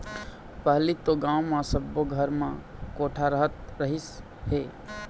पहिली तो गाँव म सब्बो घर म कोठा रहत रहिस हे